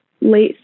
late